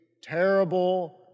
terrible